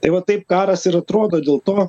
tai va taip karas ir atrodo dėl to